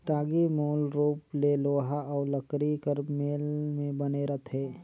टागी मूल रूप ले लोहा अउ लकरी कर मेल मे बने रहथे